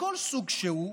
מכל סוג שהוא,